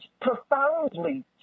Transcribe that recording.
profoundly